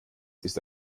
ist